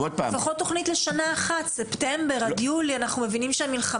פשוט שואלת למה